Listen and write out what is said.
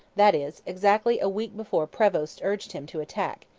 that is, exactly a week before prevost urged him to attack,